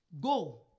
Go